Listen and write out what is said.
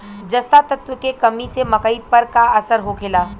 जस्ता तत्व के कमी से मकई पर का असर होखेला?